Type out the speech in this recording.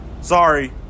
Sorry